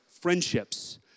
friendships